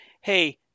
hey